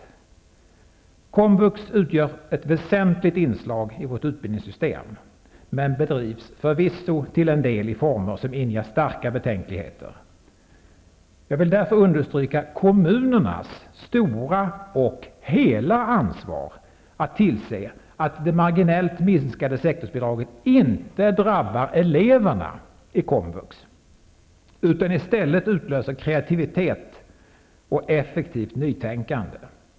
Komvux utgör ett väsentligt inslag i vårt utbildningssystem, men bedrivs förvisso till en del i former som inger starka betänkligheter. Jag vill därför understryka kommunernas stora och hela ansvar att tillse att det marginellt minskade sektorsbidraget inte drabbar eleverna i komvux, utan i stället utlöser kreativitet och effektivt nytänkande.